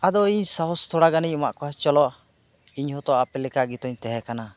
ᱟᱫᱚ ᱤᱧ ᱥᱟᱦᱚᱥ ᱛᱷᱚᱲᱟ ᱜᱟᱱ ᱤᱧ ᱮᱢᱟᱫ ᱠᱚᱣᱟ ᱪᱚᱞᱚ ᱤᱧ ᱦᱚᱛᱚ ᱟᱯᱮ ᱞᱮᱠᱟ ᱜᱮᱛᱩᱧ ᱛᱟᱦᱮᱸ ᱠᱟᱱᱟ